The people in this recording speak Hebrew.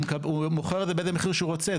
הוא מוכר את זה באיזה מחיר שהוא רוצה,